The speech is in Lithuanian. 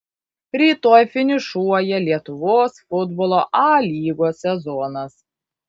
rytoj finišuoja lietuvos futbolo a lygos sezonas